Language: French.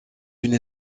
une